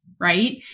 right